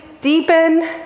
deepen